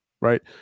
right